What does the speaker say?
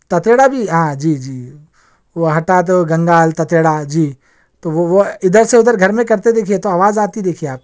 تتیڑا بھی ہاں جی جی وہ ہٹا دو گندال تتیڑا جی تو وہ وہ ادھر سے ادھر گھر میں کرتے دیکھیے تو آواز آتی دیکھیے آپ